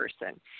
person